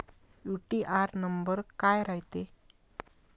UTR number काय रायते?